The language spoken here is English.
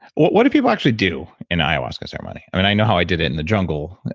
what what do people actually do in ayahuasca ceremony i know how i did it in the jungle,